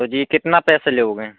ओ जी कितना पैसे लोगे